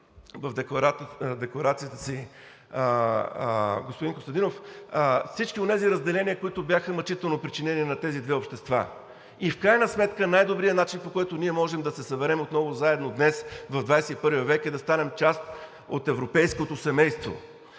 в декларацията си господин Костадинов, всички онези разделения, които бяха мъчително причинени на тези две общества. В крайна сметка най-добрият начин, по който ние можем да се съберем отново заедно днес в XXI век, е да станем част от европейското семейство.